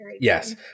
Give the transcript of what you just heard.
Yes